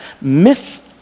myth-